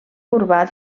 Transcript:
urbà